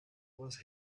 was